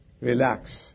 Relax